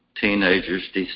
teenagers